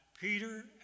Peter